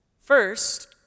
First